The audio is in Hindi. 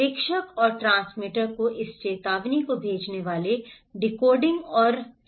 प्रेषक और ट्रांसमीटर को इस चेतावनी को भेजने वाले डिकोडिंग और रीकोडिंग करते हैं